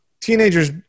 teenagers